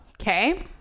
Okay